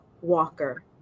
Walker